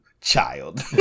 child